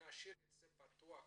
נשאיר את זה פרוץ,